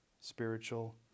spiritual